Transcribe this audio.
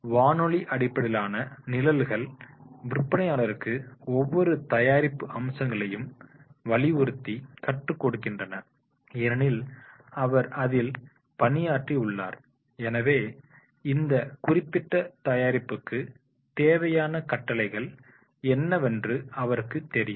வானொலி அடிப்படையிலான நிழல்கள் விற்பனையாளருக்கு ஒவ்வொரு தயாரிப்பு அம்சங்களையும் வலியுறுத்தி கற்றுக் கொடுக்கின்றன ஏனெனில் அவர் அதில் பணியாற்றியுள்ளார் எனவே இந்த குறிப்பிட்ட தயாரிப்புக்கு தேவையான கட்டளைகள் என்னவென்று அவருக்கு தெரியும்